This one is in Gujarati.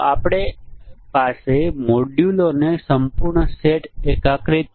આ બીજું ઉદાહરણ છે જ્યાં એંડ્રોઇડ સ્માર્ટ ફોન નું પરીક્ષણ છે